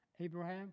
Abraham